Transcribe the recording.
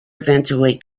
eventually